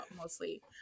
mostly